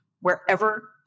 wherever